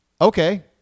okay